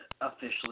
officially